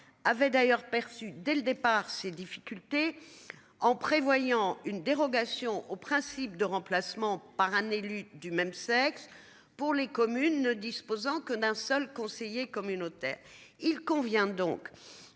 avait d'ailleurs perçu dès le départ. Ces difficultés en prévoyant une dérogation au principe de remplacement par un élu du même sexe. Pour les communes ne disposant que d'un seul conseiller communautaire. Il convient donc